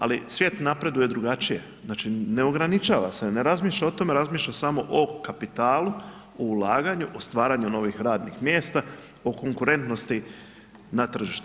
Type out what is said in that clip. Ali svijet napreduje drugačije, znači ne ograničava se, ne razmišlja o tome, razmišlja samo o kapitalu, o ulaganju, o stvaranju novih radnih mjesta, o konkurentnosti na tržištu.